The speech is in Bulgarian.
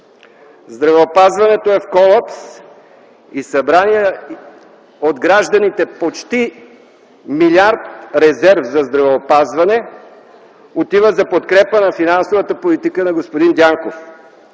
Здравеопазването е в колапс и събраният от гражданите почти един милиард резерв за здравеопазване отива за подкрепа на финансовата политика на господин Дянков.